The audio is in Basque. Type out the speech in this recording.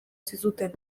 zizuten